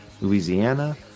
Louisiana